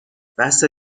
بسه